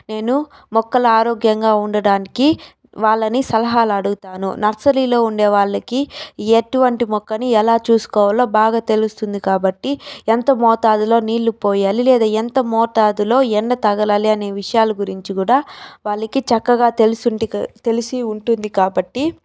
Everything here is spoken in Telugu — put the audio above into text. నేను మొక్కలు ఆరోగ్యంగా ఉండడానికి వాళ్ళని సలహాలడుగుతాను నర్సరీలో ఉండే వాళ్లకి ఎటువంటి మొక్కని ఎలా చూసుకోవాలో బాగా తెలుస్తుంది కాబట్టి ఎంత మోతాదులో నీళ్లు పోయాలి లేదా ఎంత మోతాదులో ఎండ తగలాలి అనే విషయాల గురించి కూడా వాళ్లకి చక్కగా తెలుసు ఉం తెలిసి ఉంటుంది కాబట్టి